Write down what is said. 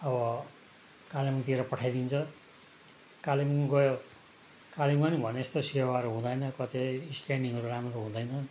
अब कालेबुङतिर पठाइदिन्छ कालेबुङ गयो कालेबुङमा पनि भनेजस्तो सेवाहरू हुँदैन कत्ति स्केनिङहरू राम्रो हुँदैन